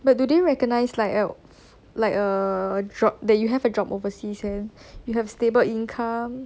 but do they recognise like err like err job that you have a job overseas and you have stable income